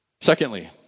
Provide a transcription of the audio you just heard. Secondly